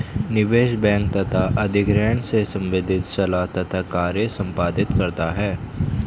निवेश बैंक तथा अधिग्रहण से संबंधित सलाह तथा कार्य संपादित करता है